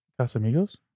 Casamigos